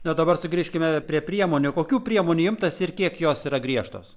na dabar sugrįžkime prie priemonių kokių priemonių imtasi ir kiek jos yra griežtos